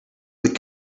would